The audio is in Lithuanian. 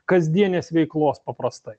kasdienės veiklos paprastai